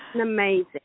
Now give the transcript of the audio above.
amazing